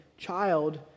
child